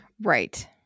Right